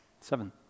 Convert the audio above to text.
Seven